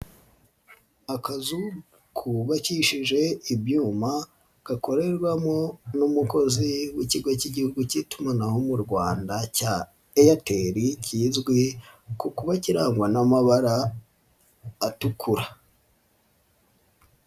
Akazu kubakishije ibyuma gakorerwamo n'umukozi w'ikigo cy'igihugu cy'itumanaho mu Rwanda cya Airtel kizwi ku kuba kirangwa n'amabara atukura.